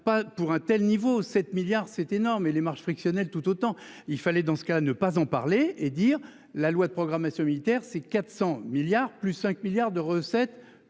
pour un tel niveau. 7 milliards c'est énorme, et les marges frictionnel tout autant il fallait dans ce cas ne pas en parler et dire la loi de programmation militaire c'est 400 milliards, plus 5 milliards de recettes